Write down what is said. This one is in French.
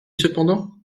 cependant